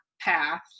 path